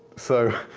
so,